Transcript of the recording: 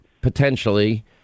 potentially